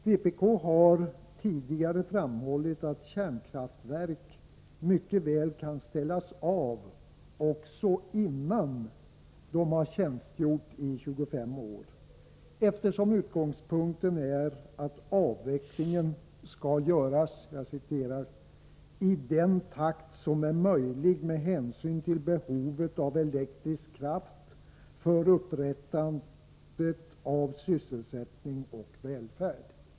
Vpk har tidigare framhållit att kärnkraftverk mycket väl kan ställas av också innan de tjänstgjort i 25 år, eftersom utgångspunkten är att avvecklingen skall göras ”i den takt som är möjlig med hänsyn till behovet av elektrisk kraft för upprättandet av sysselsättning och välfärd”.